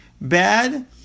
bad